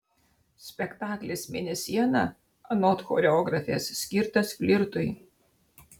spektaklis mėnesiena anot choreografės skirtas flirtui